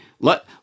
Let